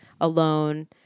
alone